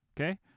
Okay